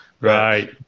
Right